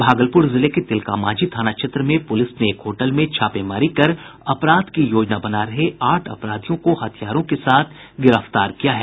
भागलपुर जिले के तिलकामांझी थाना क्षेत्र में पुलिस ने एक होटल में छापेमारी कर अपराध की योजना बना रहे आठ अपराधियों को हथियारों के साथ गिरफ्तार किया है